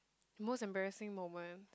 most embarrassing moment